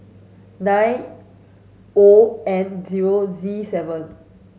nine O N zero Z seven